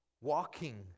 Walking